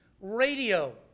Radio